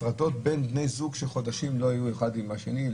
הפרדה בין בני זוג שחודשים לא היו אחד עם השני,